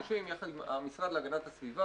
יחד עם המשרד להגנת הסביבה,